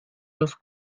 los